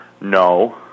No